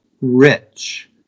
rich